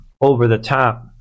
over-the-top